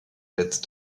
l’aide